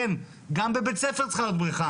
כן! גם בבית-ספר צריכה להיות בריכה.